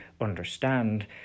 understand